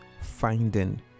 finding